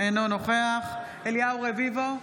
אינו נוכח אליהו רביבו,